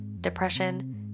depression